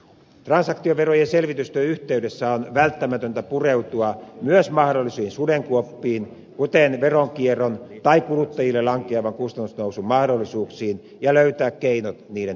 transaktioverojen selvitystyön yhteydessä on välttämätöntä pureutua myös mahdollisiin sudenkuoppiin kuten veronkierron tai kuluttajille lankeavan kustannusnousun mahdollisuuksiin ja löytää keinot niiden tilkitsemiseen